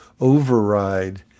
override